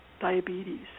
diabetes